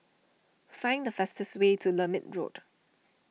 find the fastest way to Lermit Road